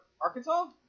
Arkansas